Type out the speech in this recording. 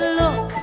look